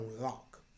lock